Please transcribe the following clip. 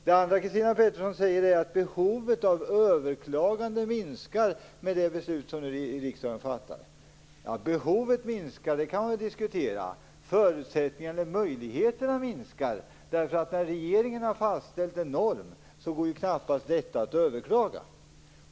Det andra Christina Pettersson säger är att behovet av överklagande minskar med det beslut som riksdagen nu kommer att fatta. Att behovet skulle minska kan vi diskutera. Möjligheterna minskar. När regeringen har fastställt en norm går det knappast att överklaga detta.